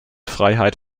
freiheit